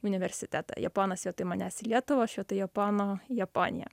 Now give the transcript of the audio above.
universitetą japonas vietoj manęs į lietuvą aš vietoj japono į japoniją